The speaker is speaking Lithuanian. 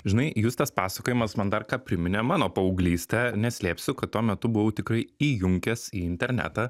žinai justės pasakojimas man dar ką priminė mano paauglystę neslėpsiu kad tuo metu buvau tikrai įjunkęs į internetą